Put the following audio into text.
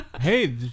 Hey